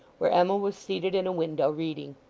where emma was seated in a window, reading.